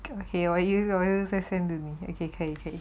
okay 我又 send to 你 okay okay